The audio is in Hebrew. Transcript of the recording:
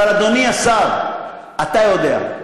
אבל, אדוני השר, אתה יודע,